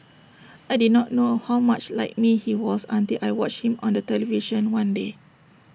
I did not know how much like me he was until I watched him on television one day